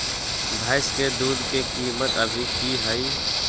भैंस के दूध के कीमत अभी की हई?